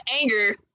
anger